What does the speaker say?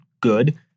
good